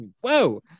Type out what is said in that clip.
whoa